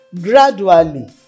gradually